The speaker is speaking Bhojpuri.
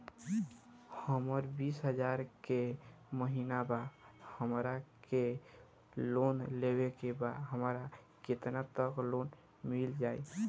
हमर बिस हजार के महिना बा हमरा के लोन लेबे के बा हमरा केतना तक लोन मिल जाई?